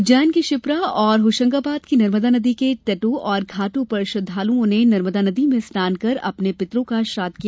उज्जैन की क्षिप्रा और होशंगाबाद की नर्मदा नदी के तटों और घाटों पर श्रद्वालु नर्मदा में स्नान कर अपने पितरों का श्राद्व किया